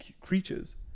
creatures